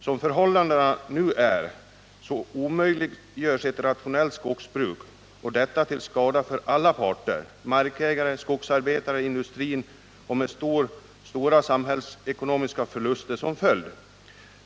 Som förhållandena nu är omöjliggörs ett rationellt skogsbruk, och detta är till skada för alla parter — markägare, skogsarbetare och industrin — med stora samhällsekonomiska förluster som följd.